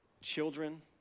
children